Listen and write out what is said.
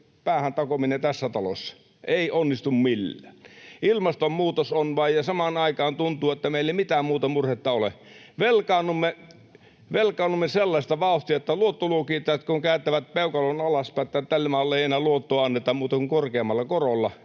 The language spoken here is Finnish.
päähän takominen tässä talossa. Ei onnistu millään. Ilmastonmuutos on vain, ja samaan aikaan tuntuu, että meillä ei mitään muuta murhetta ole. Velkaannumme sellaista vauhtia, että luottoluokittajat kun kääntävät peukalon alaspäin, niin tälle maalle ei enää luottoa anneta muuta kuin korkeammalla korolla.